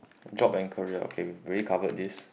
job and career okay do we cover this